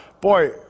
boy